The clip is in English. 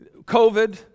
COVID